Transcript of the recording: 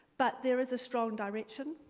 but there is a strong direction.